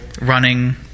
running